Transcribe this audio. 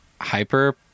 hyper